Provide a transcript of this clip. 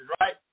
right